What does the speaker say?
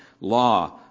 Law